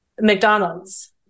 McDonald's